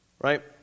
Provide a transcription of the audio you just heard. right